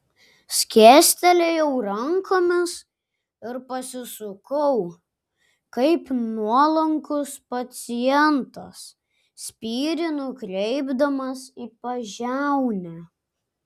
skėstelėjau rankomis ir pasisukau kaip nuolankus pacientas spyrį nukreipdamas į pažiaunę